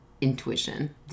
intuition